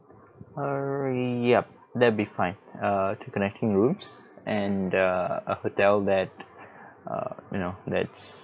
err ya that'll be fine err two connecting rooms and err a hotel that uh you know that's